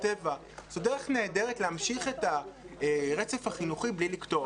טבע זו דרך נהדרת להמשיך את הרצף החינוכי בלי לקטוע אותו.